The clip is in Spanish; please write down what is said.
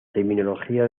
terminología